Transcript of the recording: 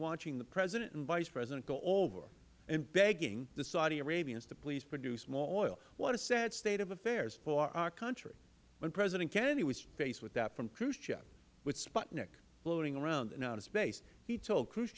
watching the president and vice president go over and begging the saudi arabians to please produce more oil what a sad state of affairs for our country when president kennedy was faced with that from khrushchev with sputnik floating around in outer space he told